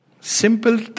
Simple